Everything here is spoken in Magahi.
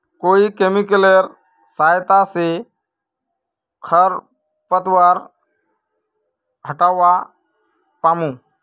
कोइ केमिकलेर सहायता से खरपतवार हटावा पामु